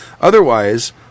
Otherwise